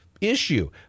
issue